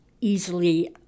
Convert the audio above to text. easily